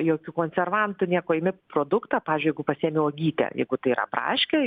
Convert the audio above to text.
jokių konservantų nieko imi produktą pavyzdžiui jeigu pasiėmi uogytę jeigu tai yra braškė